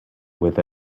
with